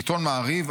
עיתון מעריב,